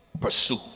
pursue